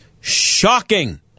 shocking